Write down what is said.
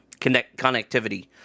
connectivity